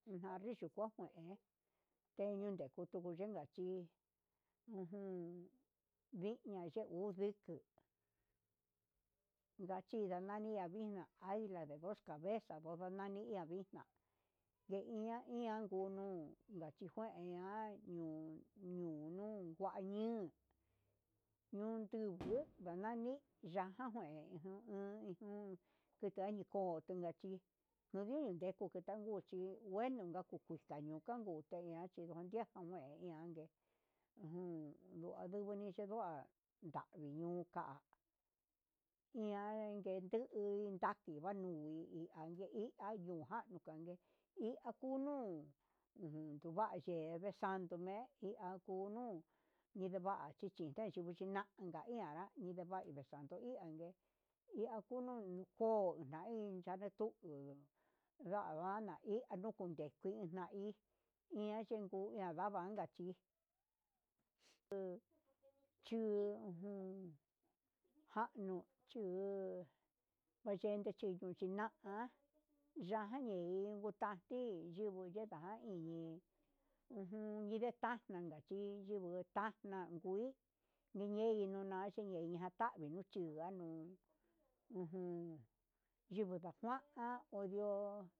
Unadixhio kuajo en endiutu yukachi ujun vixnia niyuu ye uu yito'o ndachi yananina vixna há aguila de dos cabeza ngo nga nani iha vixna ndai ñaian ngunu naxhingueña ño ñonu kua eñun ñutunu yanani yakanguenu jun tikueni ko'o inkachi no ndio ninteko niketanguu chi ngueno naku kuxkañun takuu tekiña cvhinun yexko kue ianke ujun ndunguni chindua ndanini ka'a ian nguenduu naxki ninika ayein nanuján, iajan ngue iin akunuu unduva yee vee sando, me'e nakunu yiye chichita yivichi nanka ianra nikeva ni vee sando iha ko'o naincha nituu nava'a hi nunukundia nde kuin nain, ian yuku na ian navanka chí chuu ujun kano tuu ayenko chino china'a ha yanja neinju, tati hyunguu nijan iin uun nindetana chí hi yiguitana nguu ngui yinei ninuna xhinatanu chí nduganu ujun ndio ndakuan ondio.